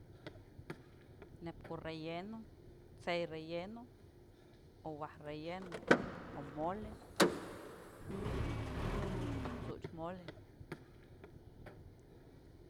Neyn ko'o relleno, t'sey relleno o waj relleno, o mole, waj t'such mole.